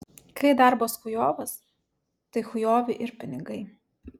kai darbas chujovas tai chujovi ir pinigai